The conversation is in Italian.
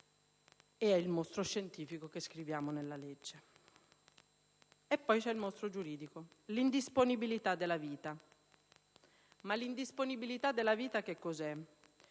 è un mostro scientifico quello che prevediamo nella legge. Poi c'è il mostro giuridico: l'indisponibilità della vita. Ma l'indisponibilità della vita che cos'è?